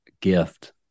gift